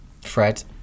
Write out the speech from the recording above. Fred